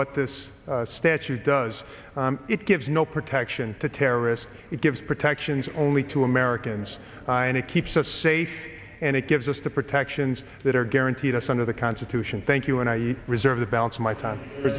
what this statute does it gives no protection to terrorists it gives protections only to americans and it keeps us safe and it gives us the protections that are guaranteed us under the constitution thank you and i reserve the balance of my time for